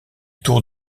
tour